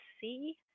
see